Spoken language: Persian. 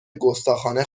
گستاخانه